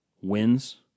wins